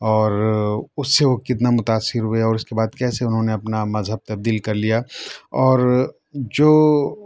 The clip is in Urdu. اور اُس سے وہ کتنا متاثر ہوئے اور اُس کے بعد کیسے اُنہوں نے اپنا مذہب تبدیل کر لیا اور جو